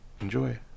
enjoy